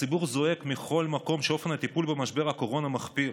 הציבור זועק מכל מקום שאופן הטיפול במשבר הקורונה מחפיר.